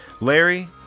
Larry